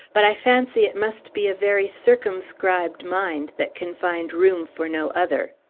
but i fancy it must be a very circumscribed mind that can find room for no other.